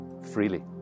freely